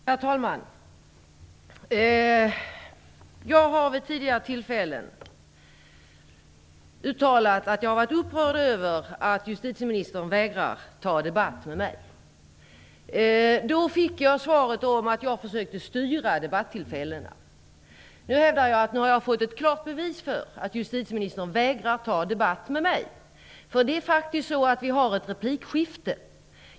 Herr talman! Jag har vid tidigare tillfällen uttalat min upprördhet över att justitieministern vägrar att debattera med mig. Då fick jag svaret att jag försökte styra debattillfällena. Jag hävdar att jag nu har fått ett klart bevis för att justitieministern vägrar att debattera med mig. Vi har faktiskt ett replikskifte.